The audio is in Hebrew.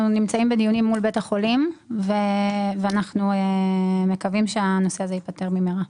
אנחנו נמצאים בדיונים מול בית החולים ומקווים שהנושא הזה ייפתר במהרה.